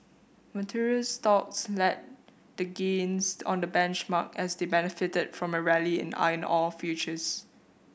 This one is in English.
materials stocks led the gains on the benchmark as they benefited from a rally in iron or futures